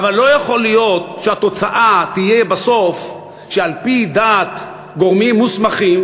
אבל לא יכול להיות שהתוצאה תהיה בסוף שעל-פי דעת גורמים מוסמכים,